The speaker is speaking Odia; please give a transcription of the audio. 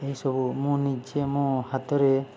ଏହିସବୁ ମୁଁ ନିଜେ ମୋ ହାତରେ